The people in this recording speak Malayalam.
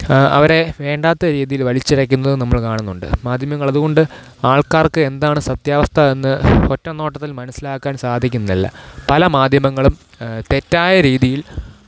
അവരെ വേണ്ടാത്ത രീതിയില് വലിച്ചിഴക്കുന്നതും നമ്മൾ കാണുന്നുണ്ട് മാധ്യമങ്ങളതുകൊണ്ട് ആള്ക്കാര്ക്ക് എന്താണ് സത്യാവസ്ഥ എന്ന് ഒറ്റ നോട്ടത്തില് മനസ്സിലാക്കാന് സാധിക്കുന്നില്ല പല മാധ്യമങ്ങളും തെറ്റായ രീതിയില്